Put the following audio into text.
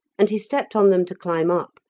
and he stepped on them to climb up,